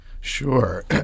Sure